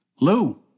Lou